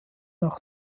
nach